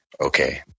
Okay